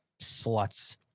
sluts